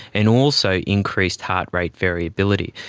and also increased heart rate variability.